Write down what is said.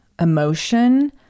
emotion